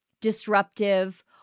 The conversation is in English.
disruptive